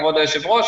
כבוד היושב-ראש,